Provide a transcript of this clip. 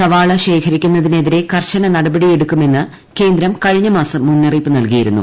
സവാള പൂഴ്ത്തിവയ്ക്കുന്നതിനെതിരെ കർശന നടപടിയെടുക്കുമെന്ന് കേന്ദ്രം കഴിഞ്ഞ മാസം മുന്നറിയിപ്പ് നൽകിയിരുന്നു